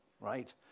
right